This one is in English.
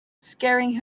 scaring